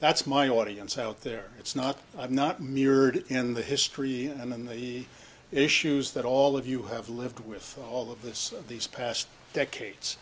that's my audience out there it's not i've not mirrored in the history and in the issues that all of you have lived with all of this these past decades